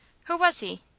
who was he?